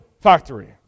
factory